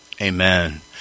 Amen